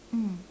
mm